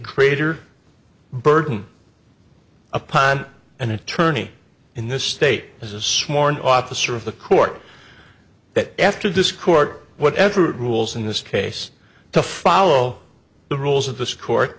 creator burden upon an attorney in this state as a sworn officer of the court that after this court whatever rules in this case to follow the rules of this court